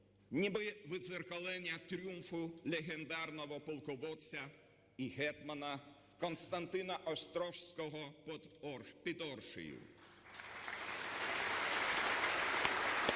ніби віддзеркалення тріумфу легендарного полководця і гетьмана Костянтина Острозького під Оршею.